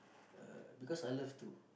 uh because I love to